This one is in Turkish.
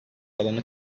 alanı